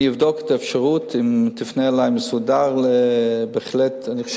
אם תפנה אלי באופן מסודר, אני אבדוק את האפשרות.